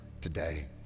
today